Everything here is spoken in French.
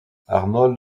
arnold